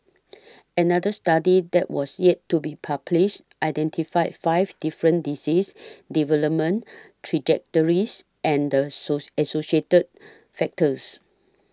another study that was yet to be published identified five different disease development trajectories and the so associated factors